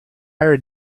entire